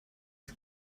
als